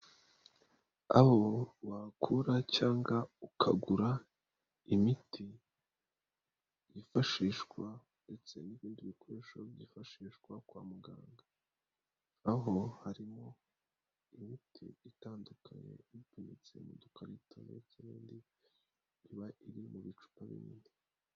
Aho wakura cyangwa ukagura imiti yifashishwa ndetse n'ibindi bikoresho byifashishwa kwa muganga. Aho harimo imiti itandukanye iba iri mu bicupa binini.